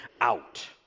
out